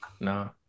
No